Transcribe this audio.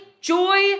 joy